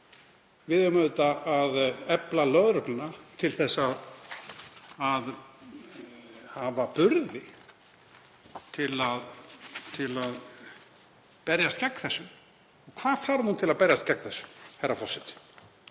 Við eigum auðvitað að efla lögregluna til þess að hafa burði til að berjast gegn þessu. Hvað þarf hún til að berjast gegn þessu, herra forseti?